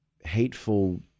hateful